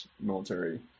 military